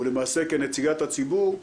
ולמעשה, כנציגת הציבור,